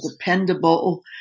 dependable